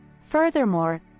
Furthermore